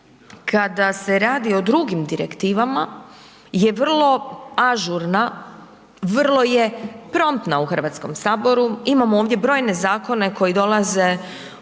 kada se radi o drugim direktivama je vrlo ažurna, vrlo je promptna u Hrvatskom saboru, imamo ovdje brojne zakone koji dolaze u proceduru